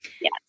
yes